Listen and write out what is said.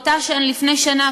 לפני שנה,